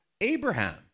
Abraham